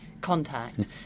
Contact